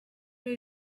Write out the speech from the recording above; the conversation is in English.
were